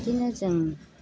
बिदिनो जों